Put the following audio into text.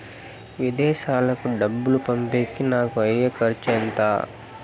విదేశాలకు డబ్బులు పంపేకి నాకు అయ్యే ఖర్చు ఎంత?